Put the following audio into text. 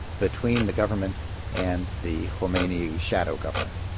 between the government and the khomeini shadow government.